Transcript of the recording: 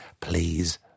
Please